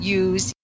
use